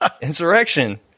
Insurrection